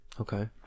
Okay